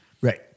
Right